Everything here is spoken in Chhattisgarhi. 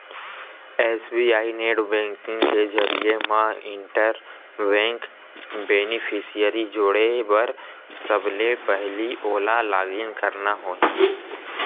एस.बी.आई नेट बेंकिंग के जरिए म इंटर बेंक बेनिफिसियरी जोड़े बर सबले पहिली ओला लॉगिन करना होही